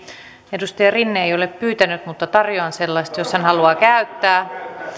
edustaja rinne ei ole pyytänyt mutta tarjoan sellaista jos hän haluaa käyttää